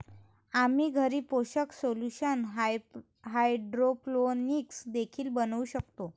आम्ही घरी पोषक सोल्यूशन हायड्रोपोनिक्स देखील बनवू शकतो